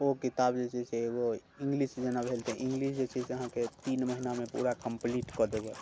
ओ किताब जे छै से एगो इंगलिश जेना भेल तऽ इंगिलश जे छै से अहाँके तीन महिनामे पूरा कम्पलीट कऽ देबै